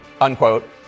unquote